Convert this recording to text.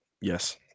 Yes